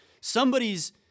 somebody's